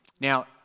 now